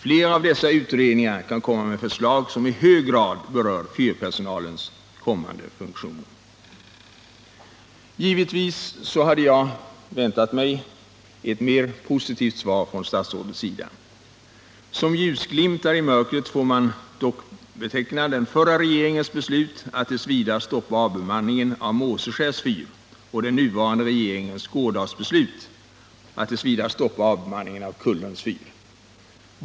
Flera av dessa utredningar kan lämna förslag som i hög grad berör fyrpersonalens kommande funktioner. Givetvis hade jag väntat mig ett mer positivt svar från statsrådets sida. Som ljusglimtar i mörkret får man dock se den förra regeringens beslut att t. v. stoppa avbemanningen av Måseskärs fyr och den nuvarande regeringens gårdagsbeslut att t. v. stoppa avbemanningen av Kullens fyr.